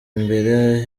imbere